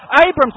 Abrams